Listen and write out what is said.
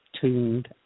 tuned